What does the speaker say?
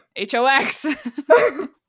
Hox